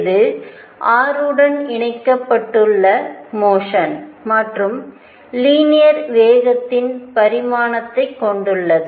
இது r உடன் இணைக்கப்பட்டுள்ள மோஷன் மற்றும் லீனியர் வேகத்தின் பரிமாணத்தைக் கொண்டுள்ளது